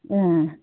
ए